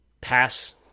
pass